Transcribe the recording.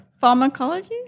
Pharmacology